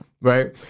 right